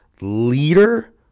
leader